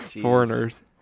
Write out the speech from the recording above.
foreigners